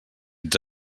ets